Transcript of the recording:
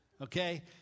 okay